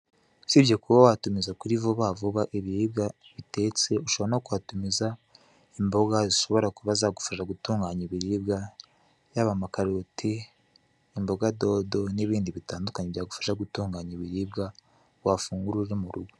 Usibye kuba watumiza kuri vubavuba ibiribwa bitetse, ushobora no kuhatumiza imboga zishobora kuba zagufasha gutunganya ibiribwa yaba amakaroti, imboga dodo n'ibindi bitandukanye byagufasha gutunganya ibiribwa wafungura uri mu rugo.